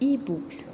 E books